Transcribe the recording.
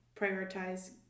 prioritize